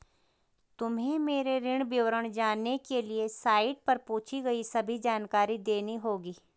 तुम्हें मेरे ऋण विवरण जानने के लिए साइट पर पूछी गई सभी जानकारी देनी होगी